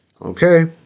okay